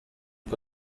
uko